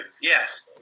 yes